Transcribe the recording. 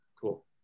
cool